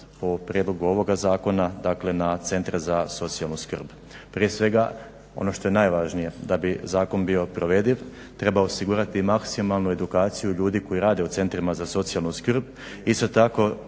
po prijedlogu ovoga zakona, dakle na Centre za socijalnu skrb. Prije svega, ono što je najvažnije da bi zakon bio provediv treba osigurati i maksimalnu edukaciju ljudi koji rade u centrima za socijalnu skrb. Isto tako